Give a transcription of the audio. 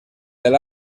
del